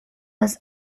was